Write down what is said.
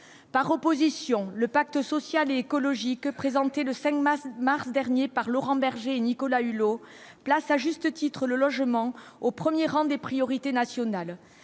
par opposition, le pacte social et écologique, présenté le 5 mars dernier par Laurent Berger, Nicolas Hulot, place à juste titre le logement au 1er rang des priorités nationales,